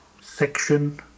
section